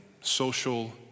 social